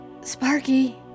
Sparky